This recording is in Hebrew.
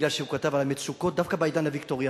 כי הוא כתב על המצוקות דווקא בעידן הוויקטוריאני,